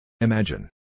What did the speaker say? Imagine